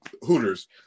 Hooters